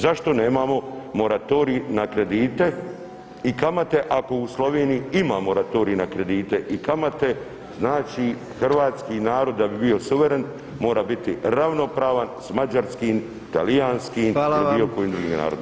Zašto nemamo moratorij na kredite i kamate ako u Sloveniji ima moratorij na kredite i kamate, znači hrvatski narod da bi bio suveren mora biti ravnopravan s mađarskim, talijanskim ili bilo kojim drugim narodom.